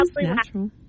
natural